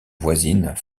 voisine